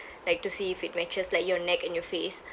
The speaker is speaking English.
like to see if it matches like your neck and your face